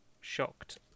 shocked